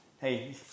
hey